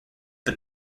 but